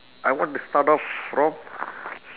I want to start off from